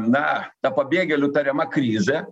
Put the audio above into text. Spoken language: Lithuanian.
na ta pabėgėlių tariama krizė